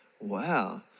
Wow